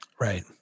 Right